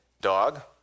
dog